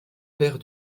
père